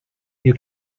you